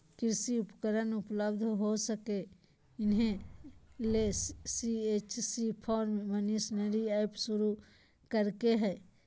कृषि उपकरण उपलब्ध हो सके, इहे ले सी.एच.सी फार्म मशीनरी एप शुरू कैल्के हइ